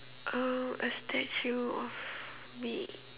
uh a statue of me